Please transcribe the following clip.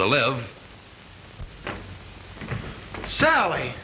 to live sally